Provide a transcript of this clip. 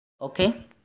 Okay